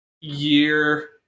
year